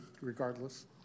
regardless